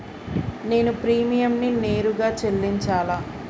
నేను ప్రీమియంని నేరుగా చెల్లించాలా?